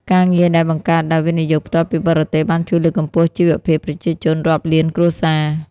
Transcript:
ការងារដែលបង្កើតដោយ វិនិយោគផ្ទាល់ពីបរទេស បានជួយលើកកម្ពស់ជីវភាពប្រជាជនរាប់លានគ្រួសារ។